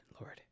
Lord